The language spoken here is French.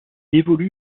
évolue